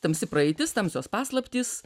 tamsi praeitis tamsios paslaptys